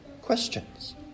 questions